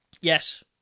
Yes